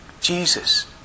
Jesus